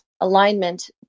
alignment